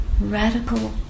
radical